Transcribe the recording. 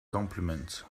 compliments